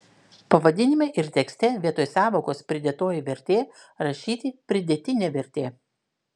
pavadinime ir tekste vietoj sąvokos pridėtoji vertė rašyti pridėtinė vertė